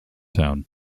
town